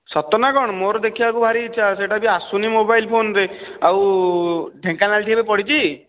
ସତ ନା କ'ଣ ମୋର ଦେଖିବାକୁ ଭାରି ଇଚ୍ଛା ସେଟା ବି ଆସୁନି ମୋବାଇଲ୍ ଫୋନ୍ରେ ଆଉ ଢେଙ୍କାନାଳଠି ଏବେ ପଡ଼ିଛି